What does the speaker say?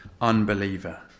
unbeliever